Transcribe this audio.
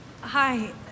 hi